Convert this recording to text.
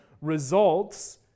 results